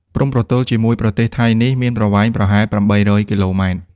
ព្រំប្រទល់ជាមួយប្រទេសថៃនេះមានប្រវែងប្រហែល ៨០០ គីឡូម៉ែត្រ។